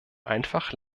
einfach